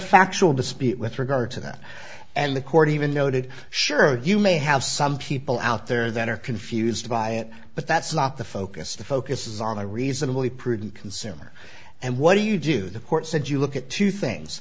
factual dispute with regard to that and the court even noted sure you may have some people out there that are confused by it but that's not the focus the focus is on a reasonably prudent consumer and what do you do the court said you look at two things